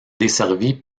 desservi